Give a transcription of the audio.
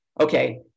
okay